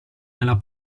nella